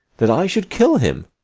that i should kill him?